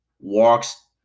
Walks